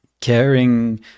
caring